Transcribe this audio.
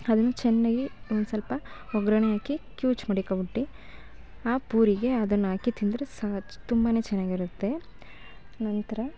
ಅದನ್ನೂ ಚೆನ್ನಾಗಿ ಒಂದು ಸ್ವಲ್ಪ ಒಗ್ಗರಣೆ ಹಾಕಿ ಕಿವ್ಚಿ ಮಡಿಕೊಬಿಟ್ಟು ಆ ಪೂರಿಗೆ ಅದನ್ನು ಹಾಕಿ ತಿಂದರೆ ಸಹಜ ತುಂಬಾ ಚೆನ್ನಾಗಿರುತ್ತೆ ನಂತರ